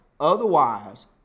Otherwise